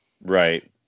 Right